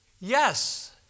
Yes